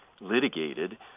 litigated